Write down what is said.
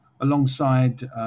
alongside